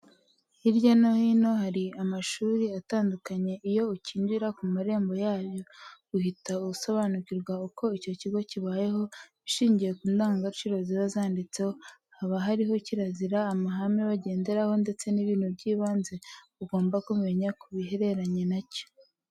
Hirya no hino, hari amashuri atandukanye. Iyo ucyinjira ku marembo yabyo, uhita usobanukirwa uko icyo kigo kibayeho bishingiye ku ndangagaciro ziba zanditseho. Haba hariho kirazira, amahame bagenderaho ndetse n'ibintu by'ibanze ugomba ku menya kubihereranye na cyo.